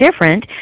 different